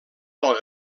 del